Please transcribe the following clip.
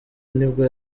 nibwo